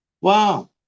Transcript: Wow